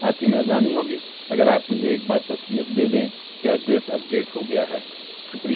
آپ کی مہربانی ہوگی اگر آپ مجھے ایک بار تصدیق دے دیں کہ ایڈریس اپڈیٹ ہو گیا ہے شکریہ